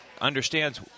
understands